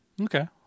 Okay